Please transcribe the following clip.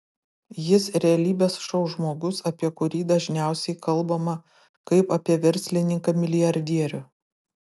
jis realybės šou žmogus apie kurį dažniausiai kalbama kaip apie verslininką milijardierių